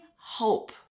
hope